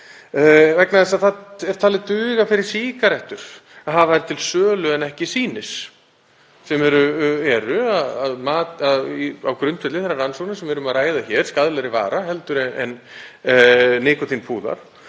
vegna þess að það er talið duga fyrir sígarettur að hafa þær til sölu en ekki sýnis en þær eru, á grundvelli þeirra rannsókna sem við erum að ræða hér, skaðlegri vara heldur en nikótínpúðar.